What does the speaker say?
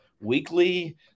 weekly